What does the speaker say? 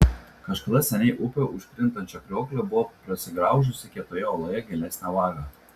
kažkada seniai upė už krintančio krioklio buvo prasigraužusi kietoje uoloje gilesnę vagą